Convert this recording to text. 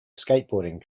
skateboarding